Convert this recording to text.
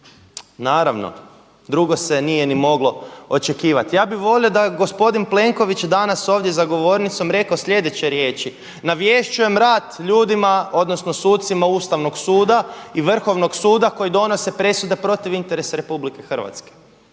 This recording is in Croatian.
naravno drugo se nije ni moglo očekivati. Ja bih volio da je gospodin Plenković danas ovdje za govornicom rekao slijedeće riječi, navješćujem rat ljudima odnosno sucima Ustavnog suda odnosno Vrhovnog suda koji donose presude protiv interesa Republike Hrvatske,